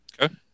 okay